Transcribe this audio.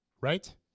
right